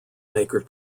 maker